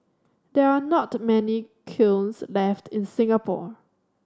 there are not many kilns left in Singapore